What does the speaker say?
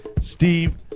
Steve